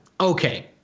Okay